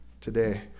today